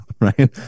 right